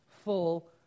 Full